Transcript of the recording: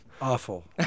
Awful